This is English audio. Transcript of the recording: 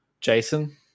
Jason